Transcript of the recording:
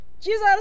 Jesus